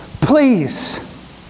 please